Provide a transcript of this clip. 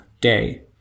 day